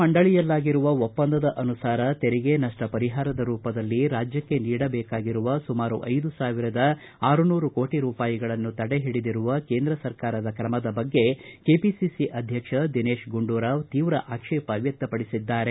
ಮಂಡಳಿಯಲ್ಲಾಗಿರುವ ಒಪ್ಪಂದದ ಅನುಸಾರ ತೆರಿಗೆ ನಷ್ಟ ಪರಿಹಾರದ ರೂಪದಲ್ಲಿ ರಾಜ್ಯಕ್ಕೆ ನೀಡಬೇಕಾಗಿರುವ ಸುಮಾರು ಐದು ಸಾವಿರದ ಆರನೂರು ಕೋಟಿ ರೂಪಾಯಿಗಳನ್ನು ತಡೆಹಿಡಿದಿರುವ ಕೇಂದ್ರ ಸರ್ಕಾರದ ತ್ರಮದ ಬಗ್ಗೆ ಕೆಪಿಸಿಸಿ ಅಧ್ವಕ್ಷ ದಿನೇತ ಗುಂಡುರಾವ್ ತೀವ್ರ ಆಕ್ಷೇಪ ವ್ಯಕ್ತಪಡಿಸಿದ್ದಾರೆ